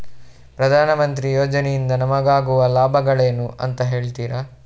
ಪ್ರಧಾನಮಂತ್ರಿ ಯೋಜನೆ ಇಂದ ನಮಗಾಗುವ ಲಾಭಗಳೇನು ಅಂತ ಹೇಳ್ತೀರಾ?